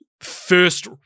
first